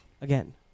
Again